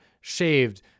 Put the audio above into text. shaved